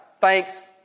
Thanks